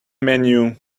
menu